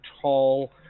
tall